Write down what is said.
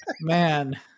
man